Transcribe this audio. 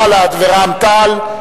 בל"ד ורע"ם-תע"ל,